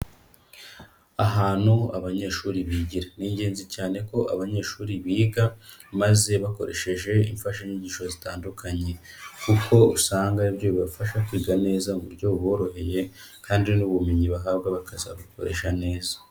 Ahantu abanyeshuri bigira. Ni ingenzi cyane ko abanyeshuri biga maze bakoresheje imfashanyigisho zitandukanye kuko usanga ari byo bibafasha kwiga neza mu buryo buboroheye kandi n'ubumenyi bahabwa bakazabukoresha neza.